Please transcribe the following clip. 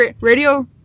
Radio